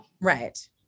Right